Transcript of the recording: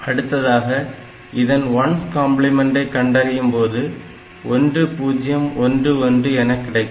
அடுத்ததாக இதன் 1's கம்பிளிமெண்டை கண்டறியும்போது 1011 எனக் கிடைக்கும்